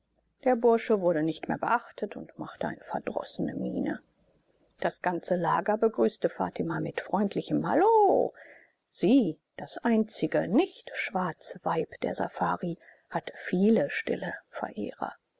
der bursche wurde nicht mehr beachtet und machte eine verdrossene miene das ganze lager begrüßte fatima mit freudigem hallo sie das einzige nicht schwarze weib der safari hatte viele stille verehrer